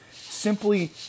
simply